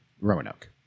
Roanoke